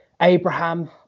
Abraham